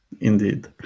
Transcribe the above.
indeed